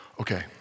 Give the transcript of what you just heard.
Okay